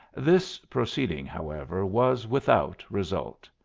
this proceeding, however, was without result.